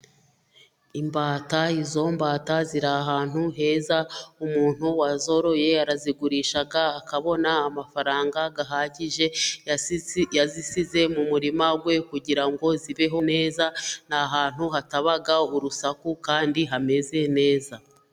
Imbata izo mbata ziri ahantu heza umuntu wazoroye arazigurisha akabona amafaranga ahagije, yazisize mu murima we kugira ngo zibeho neza, ni ahantu hataba urusaku kandi hameze neza.